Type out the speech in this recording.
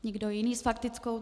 Nikdo jiný s faktickou.